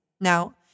Now